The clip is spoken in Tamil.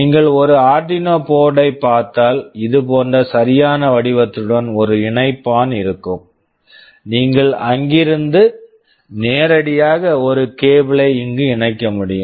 நீங்கள் ஒரு ஆர்டினோ Arduino போர்ட்டு board ஐப் பார்த்தால் இது போன்ற சரியான வடிவத்துடன் ஒரு இணைப்பான் இருக்கும் நீங்கள் அங்கிருந்து நேரடியாக ஒரு கேபிளை இங்கு இணைக்க முடியும்